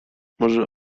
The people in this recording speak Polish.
może